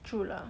true lah